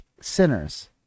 sinners